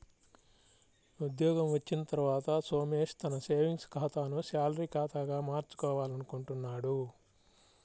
ఉద్యోగం వచ్చిన తర్వాత సోమేష్ తన సేవింగ్స్ ఖాతాను శాలరీ ఖాతాగా మార్చుకోవాలనుకుంటున్నాడు